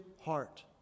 heart